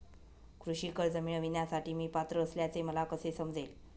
कृषी कर्ज मिळविण्यासाठी मी पात्र असल्याचे मला कसे समजेल?